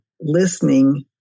listening